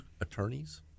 attorneys